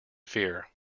fear